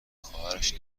خواهرش